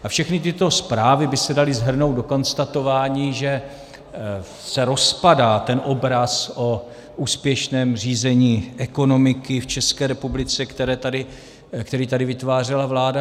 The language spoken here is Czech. A všechny tyto zprávy by se daly shrnout do konstatování, že se rozpadá obraz o úspěšném řízení ekonomiky v České republice, který tady vytvářela vláda.